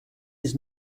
his